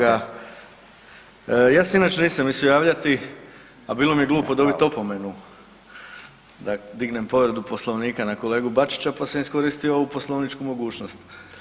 Ja se inače nisam mislio javljati, a bilo mi je glupo dobiti opomenu da dignem povredu Poslovnika na kolegu Bačića, pa sam iskoristio ovu poslovničku mogućnost.